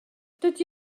dydy